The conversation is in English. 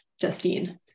justine